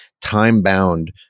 time-bound